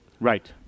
Right